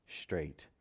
straight